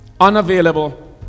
unavailable